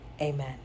Amen